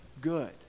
good